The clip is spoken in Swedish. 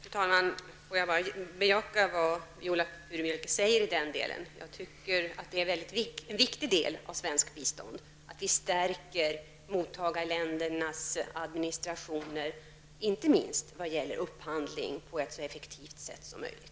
Fru talman! Låt mig bara bejaka vad Viola Furubjelke sade i detta avseende. Det är ett viktigt syfte i svenskt bistånd att stärka mottagarländernas administrationer, inte minst vad gäller upphandling, på ett så effektivt sätt som möjligt.